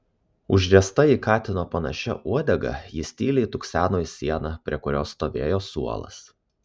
užriesta į katino panašia uodega jis tyliai tukseno į sieną prie kurios stovėjo suolas